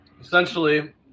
Essentially